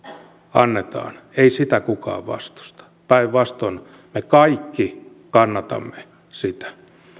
annetaan ei sitä kukaan vastusta päinvastoin me kaikki kannatamme sitä